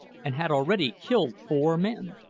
and had already killed four men.